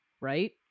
Right